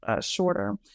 Shorter